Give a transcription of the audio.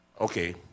Okay